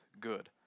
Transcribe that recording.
good